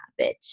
bitch